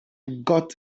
got